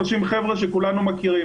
30 חבר'ה שכולנו מכירים,